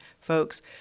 folks